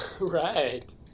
Right